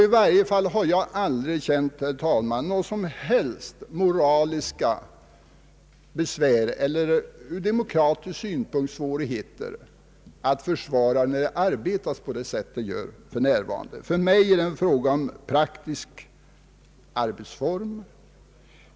I varje fall har jag aldrig, herr talman, känt några som helst moraliska betänkligheter eller upplevt det som svårt från demokratisk synpunkt att försvara det nuvarande arbetssättet. För mig är det en fråga om praktiska arbetsformer.